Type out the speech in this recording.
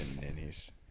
ninnies